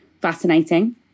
fascinating